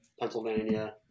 Pennsylvania